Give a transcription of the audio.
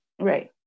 Right